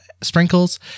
sprinkles